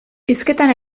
hizketan